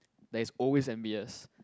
there's always M_B_S